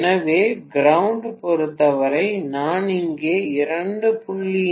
எனவே கிரவுண்டைப் பொறுத்தவரை நான் இங்கே 2